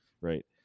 right